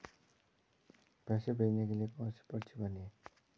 पैसे भेजने के लिए कौनसी पर्ची भरनी है?